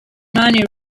money